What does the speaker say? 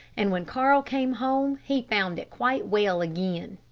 and when carl came home, he found it quite well again.